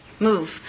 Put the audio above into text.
Move